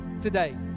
today